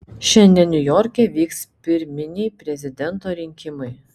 šiandien niujorke vyks pirminiai prezidento rinkimai